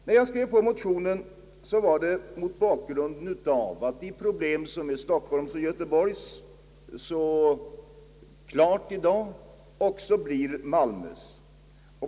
När jag skrev under motionen, skedde det mot bakgrunden av att de problem som så uppenbart föreligger för Stockholm och Göteborg i dag också kommer att föreligga för Malmö.